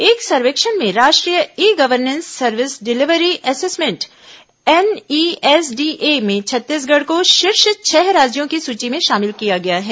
एक सर्वेक्षण में राष्ट्रीय e governance service delivery assessment NESDA में छत्तीसगढ़ को शीर्ष छह राज्यों की सूची में शामिल किया गया है